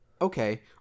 Okay